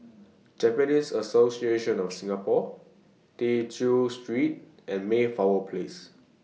Japanese Association of Singapore Tew Chew Street and Mayflower Place